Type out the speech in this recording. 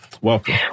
welcome